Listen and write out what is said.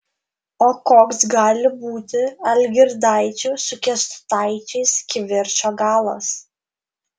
o koks gali būti algirdaičių su kęstutaičiais kivirčo galas